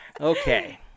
Okay